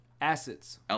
Assets